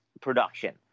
production